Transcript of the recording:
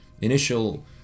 initial